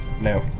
No